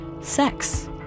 sex